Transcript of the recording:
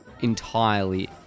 entirely